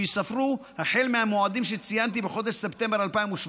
שייספרו החל מהמועדים שציינתי בחודש ספטמבר 2017,